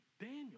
Daniel